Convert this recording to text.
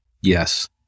Yes